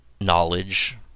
knowledge